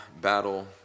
battle